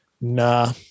Nah